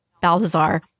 Balthazar